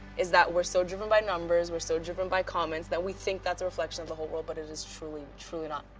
is that, we're so driven by numbers we're so driven by comments that we think that's a reflection of the whole world but it is truly, truly not.